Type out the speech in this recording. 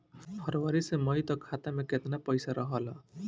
फरवरी से मई तक खाता में केतना पईसा रहल ह?